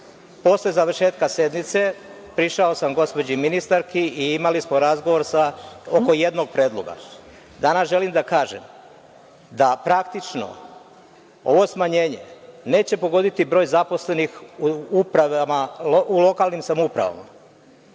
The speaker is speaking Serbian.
Posle završetka sednice, prišao sam gospođi ministarki i imali smo razgovor oko jednog predloga. Danas želim da kažem da praktično ovo smanjenje neće pogoditi broj zaposlenih u lokalnim samoupravama,